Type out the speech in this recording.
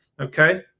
Okay